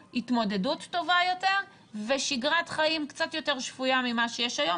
התמודדות טובה יותר ושגרת חיים קצת יותר שפויה ממה שיש היום?